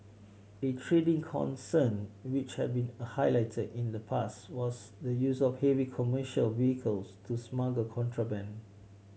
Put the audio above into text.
a trending concern which have been highlighted in the past was the use of heavy commercial vehicles to smuggle contraband